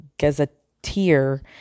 gazetteer